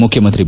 ಮುಖ್ಯಮಂತ್ರಿ ಬಿ